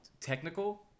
technical